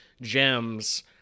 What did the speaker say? gems